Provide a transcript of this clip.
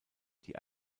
die